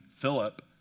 Philip